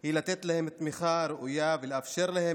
היא לתת להם תמיכה ראויה ולאפשר להם